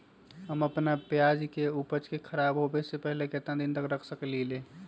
हम अपना प्याज के ऊपज के खराब होबे पहले कितना दिन तक रख सकीं ले?